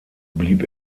blieb